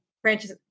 branches